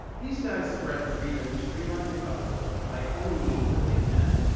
these guys spread friedman's free-market gospel by any means that they can,